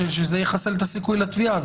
שזה יחסל את הסיכוי לתביעה.